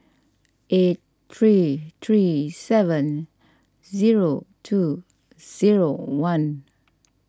eight three three seven zero two zero one